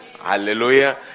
Hallelujah